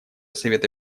совета